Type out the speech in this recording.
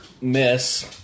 miss